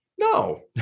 no